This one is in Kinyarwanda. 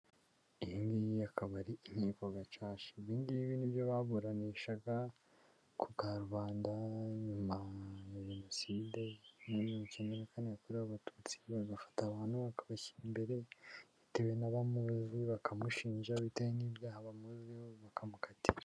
Iyi ngiyi akaba ari inkiko gacaca, ibi ngibi ni ibyo baburanishaga kuka rubanda, nyuma ya Jenoside, muri mirongo icyenda na kane, yakorewe abatutsi, bagafata abantu bakabashyira imbere, bitewe n'abamuzi, bakamushinja bitewe n'ibyaha bamuziho, bakamukatira.